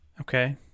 okay